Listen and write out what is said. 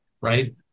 right